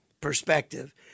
perspective